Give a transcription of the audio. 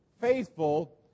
faithful